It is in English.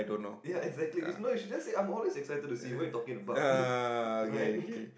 ya exactly it's no you should just say I'm always excited to see what you talking about right